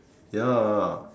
ya